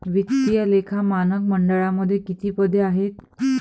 वित्तीय लेखा मानक मंडळामध्ये किती पदे आहेत?